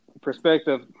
perspective